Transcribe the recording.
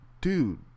dude